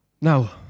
Now